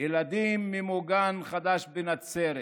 ילדים ממוגן חדש בנצרת,